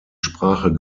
sprache